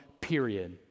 period